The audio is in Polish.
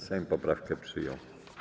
Sejm poprawkę przyjął.